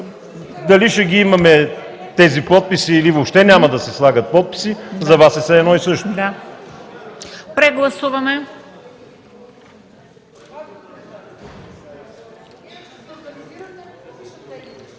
дали ще ги имаме тези подписи, или въобще няма да слагат подписи, за Вас е все едно и също. ПРЕДСЕДАТЕЛ